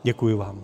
Děkuji vám.